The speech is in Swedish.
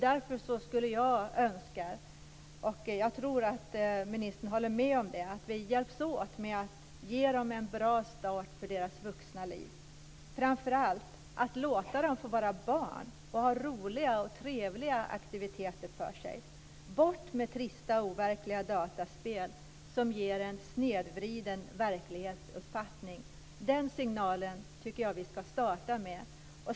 Därför skulle jag önska - och jag tror att ministern håller med om det - att vi hjälps åt med att ge dem en bra start för deras vuxna liv. Framför allt önskar jag att vi låter dem få vara barn och att de har roliga och trevliga aktiviteter för sig. Bort med trista och overkliga dataspel som ger en snedvriden verklighetsuppfattning! Den signalen tycker jag vi ska starta med.